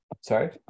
Sorry